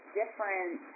different